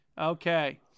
Okay